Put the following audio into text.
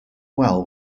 well